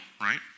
right